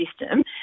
system